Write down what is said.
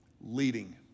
Leading